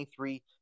23